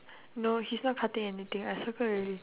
no he's not cutting anything I circle already